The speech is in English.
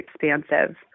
expansive